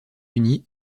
unis